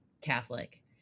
Catholic